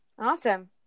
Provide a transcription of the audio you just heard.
Awesome